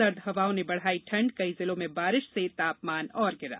सर्द हवाओं ने बढ़ाई ठंड कई जिलों में बारिश से तापमान और गिरा